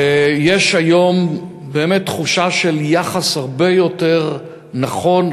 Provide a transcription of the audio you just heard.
ויש היום באמת תחושה של יחס הרבה יותר נכון,